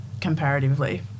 comparatively